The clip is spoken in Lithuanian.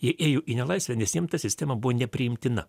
jie ėjo į nelaisvę nes jiem ta sistema buvo nepriimtina